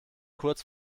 kurz